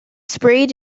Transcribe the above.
sprayed